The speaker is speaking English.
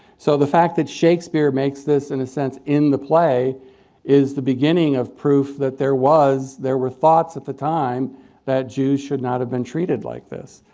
so the fact that shakespeare makes this in a sense in the play is the beginning of proof that there was there were thoughts at the time that jews should not have been treated like this.